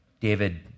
David